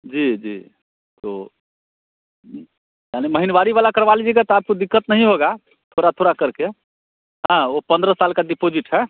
जी जी तो यानी महीनवारी वाला करवा लीजिएगा तो आपको दिक्कत नहीं होगी थोड़ा थोड़ा कर के हाँ वह पंद्रह साल का डिपॉजिट है